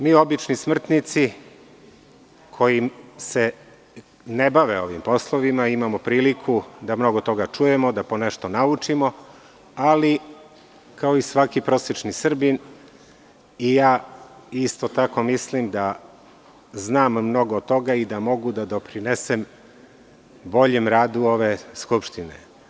Mi obični smrtnici koji se ne bavimo ovim poslovima imamo priliku da mnogo toga čujemo, da ponešto naučimo, ali, kao i svaki prosečan Srbin, i ja isto tako mislim da znam mnogo toga i da mogu da doprinesem boljem radu Skupštine.